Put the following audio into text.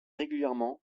régulièrement